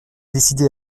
décidé